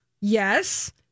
yes